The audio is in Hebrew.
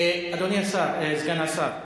אדוני סגן השר,